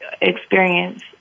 experience